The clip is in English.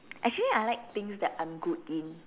actually I like things that I'm good in